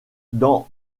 dans